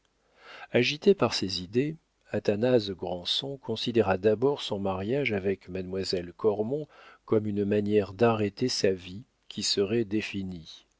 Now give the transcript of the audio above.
agité par ces idées athanase granson considéra d'abord son mariage avec mademoiselle cormon comme une manière d'arrêter sa vie qui serait définie